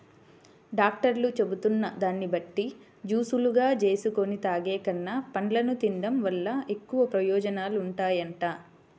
డాక్టర్లు చెబుతున్న దాన్ని బట్టి జూసులుగా జేసుకొని తాగేకన్నా, పండ్లను తిన్డం వల్ల ఎక్కువ ప్రయోజనాలుంటాయంట